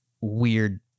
weird